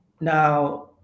now